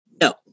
No